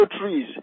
trees